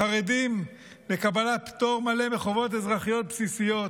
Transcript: החרדים, לקבלת פטור מלא מחובות אזרחיות בסיסיות,